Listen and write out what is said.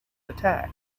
attack